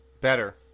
Better